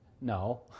No